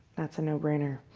that's a no-brainer.